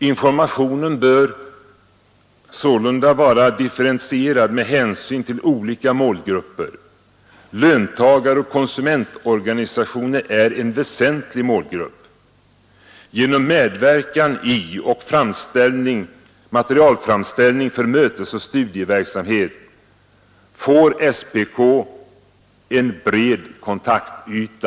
Informationen bör sålunda vara differentierad med hänsyn till olika målgrupper. Löntagaroch konsumentorganisationer är en väsentlig målgrupp. Genom medverkan i och materialframställning för mötesoch studieverksamhet får SPK en bred kontaktyta.